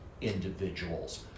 individuals